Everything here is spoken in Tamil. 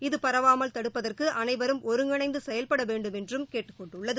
இது பரவாமல் தடுப்பதற்குஅனைவரும் ஒருங்கிணைந்துசெயல்படவேண்டும் என்றும் கேட்டுக் கொண்டுள்ளது